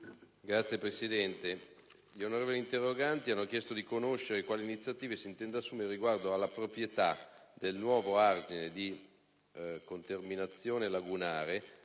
ispettivo in esame gli interroganti hanno chiesto di conoscere quali iniziative si intenda assumere riguardo alla proprietà del nuovo argine di conterminazione lagunare,